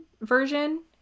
version